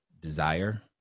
desire